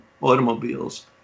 automobiles